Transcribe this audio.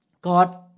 God